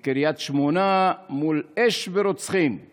// בקריית שמונה מול אש ורוצחים /